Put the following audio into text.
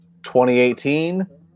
2018